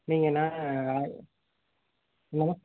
நீங்கள் என்ன என்னம்மா